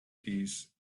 these